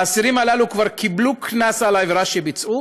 האסירים הללו כבר קיבלו קנס על העבירה שביצעו